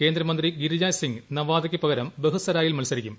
കേന്ദ്രമന്ത്രി ഗിരിരാജ് സിംങ് നവാദയ്ക്കു പകരം ബഹുസരായിൽ മത്സരിക്കും